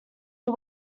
who